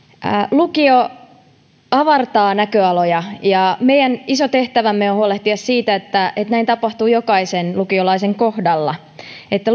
lukio avartaa näköaloja ja ja meidän iso tehtävämme on huolehtia siitä että että näin tapahtuu jokaisen lukiolaisen kohdalla että